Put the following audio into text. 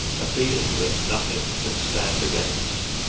a feeling that nothing can stand against.